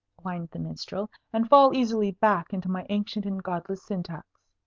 whined the minstrel, and fall easily back into my ancient and godless syntax.